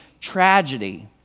tragedy